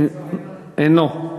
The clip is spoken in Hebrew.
אינו נוכח,